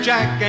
Jack